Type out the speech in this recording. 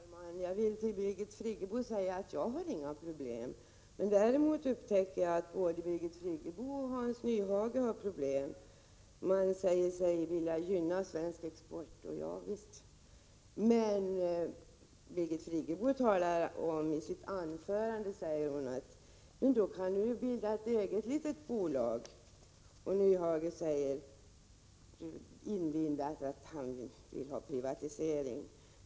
Herr talman! Jag vill till Birgit Friggebo säga att jag inte har några problem. Jag upptäcker däremot att både Birgit Friggebo och Hans Nyhage har problem. De säger sig vilja gynna svensk export. Javisst, men Birgit Friggebo säger att man kan bilda egna små bolag och Hans Nyhage säger — inlindat — att han vill ha privatisering.